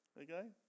Okay